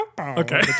okay